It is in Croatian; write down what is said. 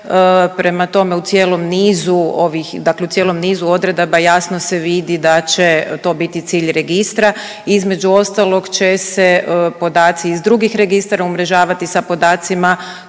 dakle u cijelom nizu odredaba jasno se vidi da će to biti cilj registra. Između ostalog će se podaci iz drugih registara umrežavati sa podacima koje